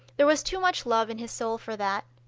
there was too much love in his soul for that.